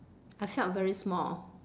I felt very small